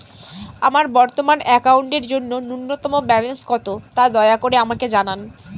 আমার বর্তমান অ্যাকাউন্টের জন্য ন্যূনতম ব্যালেন্স কত, তা দয়া করে আমাকে জানান